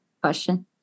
question